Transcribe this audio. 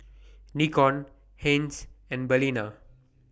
Nikon Heinz and Balina